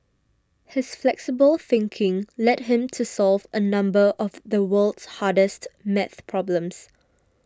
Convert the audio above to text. his flexible thinking led him to solve a number of the world's hardest math problems